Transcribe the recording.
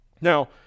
Now